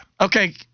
Okay